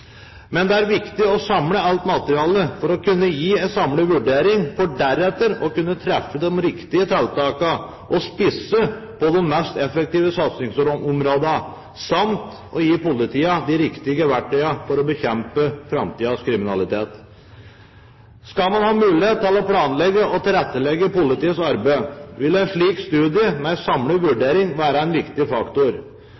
men det er viktig å samle alt materialet for å kunne gi en samlet vurdering, for deretter å kunne treffe de riktige tiltakene og spisse de mest effektive satsingsområdene samt å gi politiet de riktige verktøyene for å bekjempe framtidens kriminalitet. Skal man ha mulighet til å planlegge og tilrettelegge politiets arbeid, vil en slik studie med en samlet